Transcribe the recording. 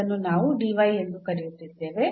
ಇದನ್ನು ನಾವು ಎಂದು ಕರೆಯುತ್ತಿದ್ದೇವೆ